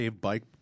bike